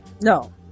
No